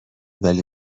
ولی